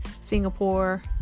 Singapore